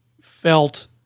felt